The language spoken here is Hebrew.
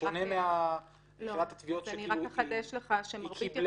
בשונה מיחידת התביעות --- אז אני אחדש לך שמרבית